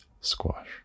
Squash